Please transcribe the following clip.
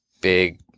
big